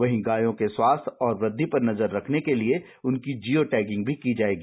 वही गायों के स्वास्थ्य और वृध्दि पर नजर रखने के लिए उनकी जियो टैगिंग भी की जाएगी